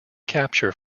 capture